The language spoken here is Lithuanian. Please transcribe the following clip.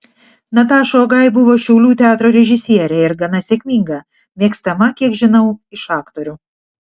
nataša ogai buvo šiaulių teatro režisierė ir gana sėkminga mėgstama kiek žinau iš aktorių